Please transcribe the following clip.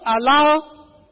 allow